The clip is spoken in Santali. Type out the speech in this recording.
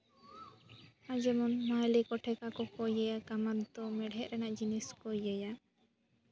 ᱟᱨ ᱡᱮᱢᱚᱱ ᱢᱟᱦᱞᱮ ᱠᱚ ᱴᱷᱮᱠᱟ ᱠᱚᱠᱚ ᱤᱭᱟᱹ ᱭᱟ ᱠᱟᱢᱟᱨ ᱛᱚ ᱢᱮᱬᱦᱮᱫ ᱨᱮᱭᱟᱜ ᱡᱤᱱᱤᱥ ᱠᱚ ᱤᱭᱟᱹ ᱭᱟ